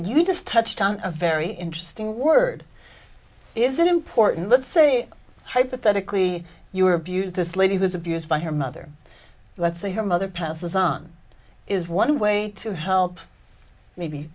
t you just touched on a very interesting word is an important let's say hypothetically you were abused this lady was abused by her mother let's say her mother passes on is one way to help maybe